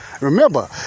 Remember